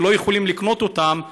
לא יכולים לקנות אותם,